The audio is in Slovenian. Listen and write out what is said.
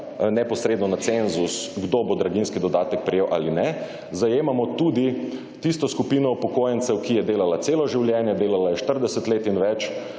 neposredno na cenzus, kdo bo draginjski dodatek prejel ali ne, zajemamo tudi tisto skupino upokojencev, ki je delala celo življenje, delala je 40 let in več,